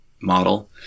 model